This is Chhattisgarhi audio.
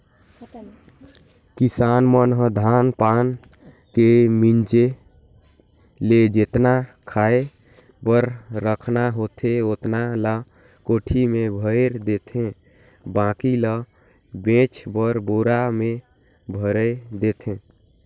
किसान मन ह धान पान के मिंजे ले जेतना खाय बर रखना होथे ओतना ल कोठी में भयर देथे बाकी ल बेचे बर बोरा में भयर देथे